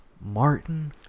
Martin